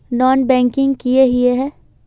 Non banking किए हिये है?